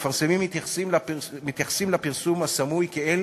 מפרסמים מתייחסים לפרסום הסמוי כאל